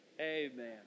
amen